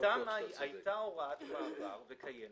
בתמ"א הייתה הוראת מעבר, והיא קיימת,